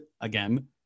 again